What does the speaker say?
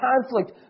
conflict